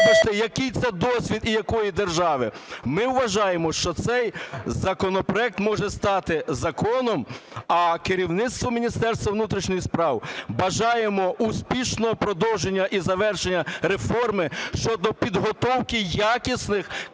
який це досвід і якої держави? Ми вважаємо, що цей законопроект може стати законом. А керівництву Міністерству внутрішніх справ бажаємо успішного продовження і завершення реформи щодо підготовки якісних